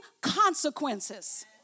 consequences